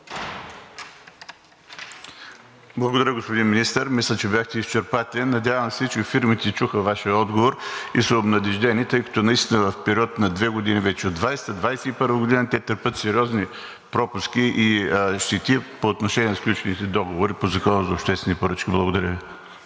Благодаря, господин Министър. Мисля, че бяхте изчерпателен. Надявам се, че фирмите чуха Вашия отговор и са обнадеждени, тъй като наистина в период на две години вече – от 2020-а, 2021 г., те търпят сериозни пропуски и щети по отношение на сключените договори по Закона за обществените поръчки. Благодаря